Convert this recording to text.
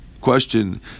question